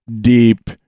deep